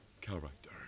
character